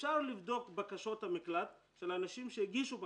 אפשר לבדוק את בקשות המקלט של אנשים שהגישו בקשות,